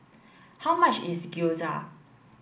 how much is Gyoza